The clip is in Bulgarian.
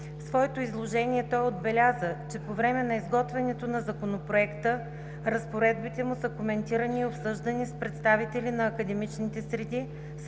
своето изложение той отбеляза, че по време на изготвянето на Законопроекта разпоредбите му са коментирани и обсъждани с представители на академичните среди,